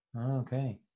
Okay